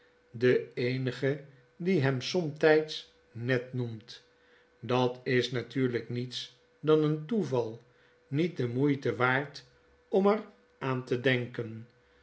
den eenigen die hem somtyds ned noemt dat is natuurlyk niets dan een toeval niet de moeite waard om er aan te denken